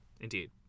Indeed